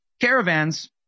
caravans